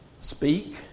speak